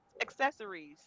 accessories